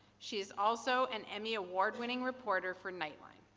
she is also an emmy award winning reporter for nightline.